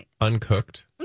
uncooked